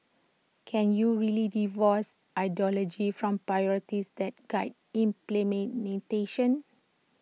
can you really divorce ideology from priorities that guide implementation